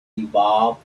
evolved